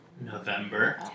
November